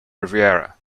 riviera